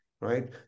right